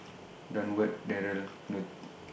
Durward Darryl Knute